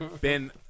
Ben